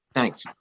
Thanks